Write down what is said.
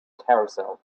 carousel